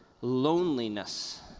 Loneliness